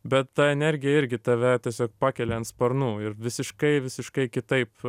bet ta energija irgi tave tiesiog pakelia ant sparnų ir visiškai visiškai kitaip